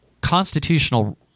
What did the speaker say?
constitutional